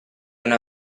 una